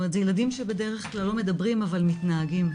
זה ילדים שבדרך כלל לא מדברים אבל מתנהגים.